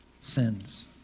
sins